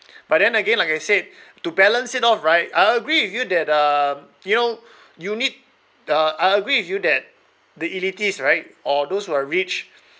but then again like I said to balance it off right I agree with you that um you know you need uh I agree with you that the elitist right or those who are rich